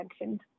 mentioned